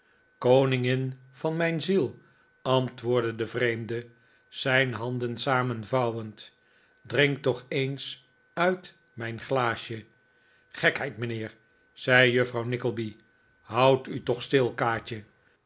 koningin van mijn ziel antwoordde de vreemde zijn handen samenvouwend drink toch eens uit mijn glaasje gekheid mijnheer zei juffrouw nickleby houd u toch stil kaatje